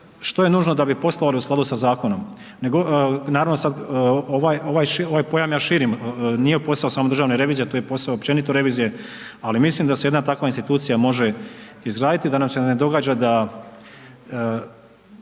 što je nužno da bi poslovali u skladu sa zakonom. Ne govorim, naravno sad ovaj, ovaj, ovaj pojam ja širim, nije posao samo državne revizije to je i posao općenito revizije, ali mislim da se jedna takva institucija može izgraditi da nam se ne događa da